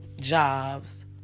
jobs